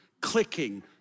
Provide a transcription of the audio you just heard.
clicking